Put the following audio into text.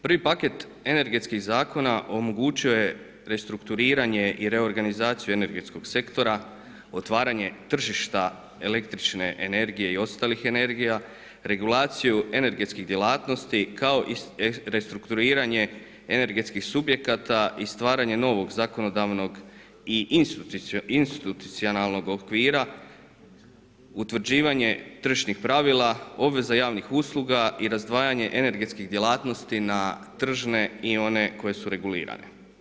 Prvi paket energetskih zakona omogućio je restrukturiranje i reorganizaciju energetskog sektora, otvaranje tržišta električne energije i ostalih energija, regulaciju energetskih djelatnosti kao i restrukturiranje energetskih subjekata i stvaranje novog zakonodavnog i institucionalnog okvira, utvrđivanje tržišnih pravila, obveza javnih usluga i razdvajanje energetskih djelatnosti na tržne i one koje su regulirane.